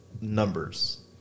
numbers